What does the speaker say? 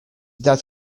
that